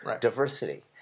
diversity